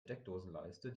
steckdosenleiste